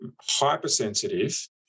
hypersensitive